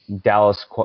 Dallas